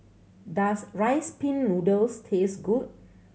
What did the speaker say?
does Rice Pin Noodles taste good